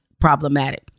problematic